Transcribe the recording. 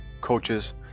coaches